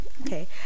okay